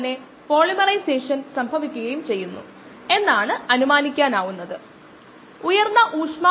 ഇൻപുട്ടിന്റെ നിരക്ക് മൈനസ് ഔട്ട്പുട്ടിന്റെ നിരക്കും പ്ലസ് ഉത്പാദന നിരക്കും മൈനസ് ഉപഭോഗ നിരക്ക് ആകെയുള്ള നിരക്കാണ്